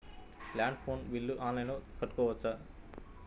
Land phone bill online ద్వారా కట్టుకోవచ్చు?